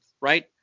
right